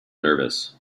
nervous